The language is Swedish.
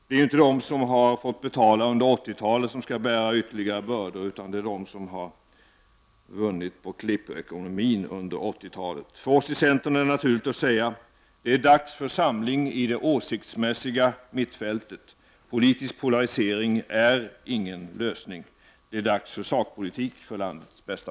Det är inte de som har fått betala under 1980-talet som skall bära ytterligare bördor, utan det är de som har vunnit på klippekonomin under 1980-talet. För oss i centerpartiet är det naturligt att säga att det är dags för samling i det åsiktsmässiga mittfältet. Politisk polarisering är ingen lösning. Det är dags för sakpolitik för landets bästa.